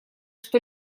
что